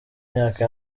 myaka